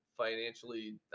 Financially